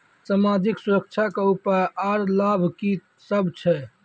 समाजिक सुरक्षा के उपाय आर लाभ की सभ छै?